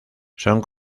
son